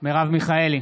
מרב מיכאלי,